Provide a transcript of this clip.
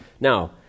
Now